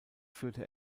führte